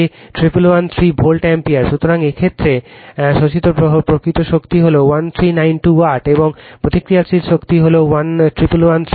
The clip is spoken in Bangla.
সুতরাং এই ক্ষেত্রে শোষিত প্রকৃত শক্তি হল 1392 ওয়াট এবং প্রতিক্রিয়াশীল শক্তি হল 1113 Var